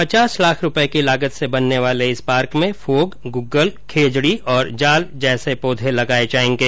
पचास लाख रूपये की लागत से बनने वाले इस पार्क में फोग गुग्गल खेजड़ी और जाल जैसे पौधे लगाये जायेंगे